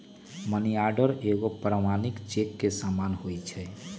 money order एगो प्रमाणिक cheque के समान होइ छै